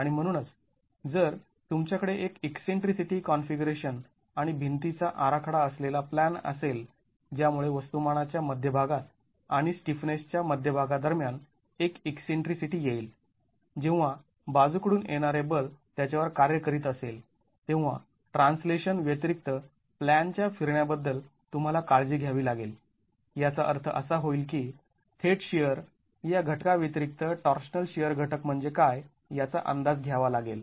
आणि म्हणूनच जर तुमच्याकडे एक ईकसेंट्रीक कॉन्फिगरेशन आणि भिंतीचा आराखडा असलेला प्लॅन असेल ज्यामुळे वस्तुमाना च्या मध्यभागात आणि स्टिफनेसच्या मध्यभागा दरम्यान एक ईकसेंट्रीसिटी येईल जेव्हा बाजू कडून येणारे बल त्याच्यावर कार्य करीत असेल तेव्हा ट्रान्सलेशन व्यतिरिक्त प्लॅनच्या फिरण्या बद्दल तुम्हाला काळजी घ्यावी लागेल याचा अर्थ असा होईल की थेट शिअर या घटका व्यतिरिक्त टॉर्शनल शिअर घटक म्हणजे काय याचा अंदाज घ्यावा लागेल